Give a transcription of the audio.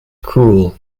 cruel